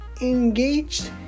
engaged